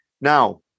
now